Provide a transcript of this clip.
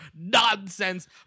nonsense